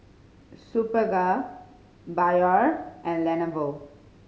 Superga Biore and Lenovo